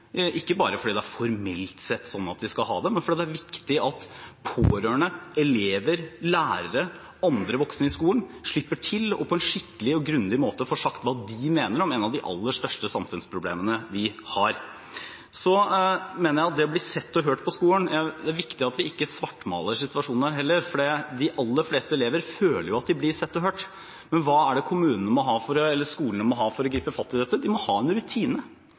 ikke bare fordi det er slik at vi formelt sett skal ha det, men fordi det er viktig at pårørende, elever, lærere og andre voksne i skolen slipper til, og på en skikkelig og grundig måte får sagt hva de mener om et av de aller største samfunnsproblemene vi har. Når det gjelder det å bli sett og hørt på skolen, så mener jeg det er viktig at vi ikke svartmaler situasjonen heller, for de aller fleste elever føler jo at de blir sett og hørt. Men hva er det skolene må ha for å gripe fatt i dette? De må ha en rutine. Jeg mener at det er så enkelt – de må ha en rutine